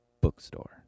bookstore